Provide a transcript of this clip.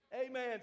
Amen